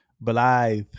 Blithe